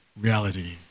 reality